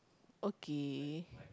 okay